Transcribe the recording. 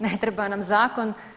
Ne treba nam zakon.